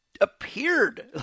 appeared